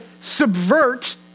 subvert